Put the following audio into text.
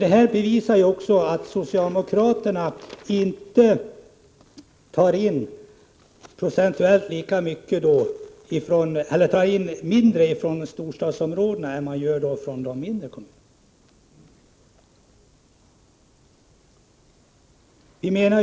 Detta bevisar också att socialdemokraterna tar in mindre från storstadsområdena än från de mindre kommunerna.